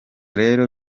rero